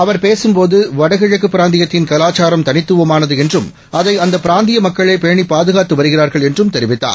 அவர்பேசும்போது வடகிழக்குபிராந்தியத்தின்கலாச்சாரம்தனித்துவமானதுஎன் றும் அதைஅந்தப்பிராந்தியமக்கள்பேணிபாதுகாத்துவருகிறார்க ள்என்றும்தெரிவித்தார்